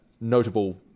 notable